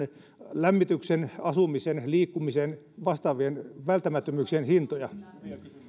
lämmityksen asumisen liikkumisen ja vastaavien välttämättömyyksien hintoja